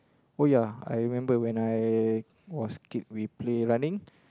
oh ya I remember when I was kid we play running